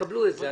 קבלו את זה.